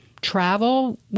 travel